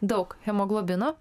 daug hemoglobino